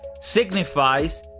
signifies